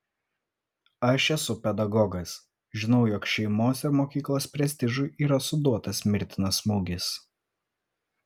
aš esu pedagogas žinau jog šeimos ir mokyklos prestižui yra suduotas mirtinas smūgis